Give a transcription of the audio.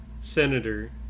senator